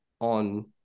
on